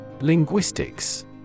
Linguistics